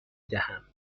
دهم